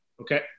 okay